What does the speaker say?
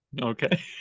Okay